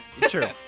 True